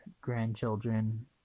grandchildren